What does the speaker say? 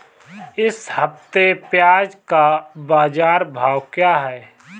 इस हफ्ते प्याज़ का बाज़ार भाव क्या है?